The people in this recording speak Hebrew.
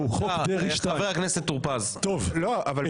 הוא חוק דרעי 2. משה טור פז, בבקשה.